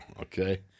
Okay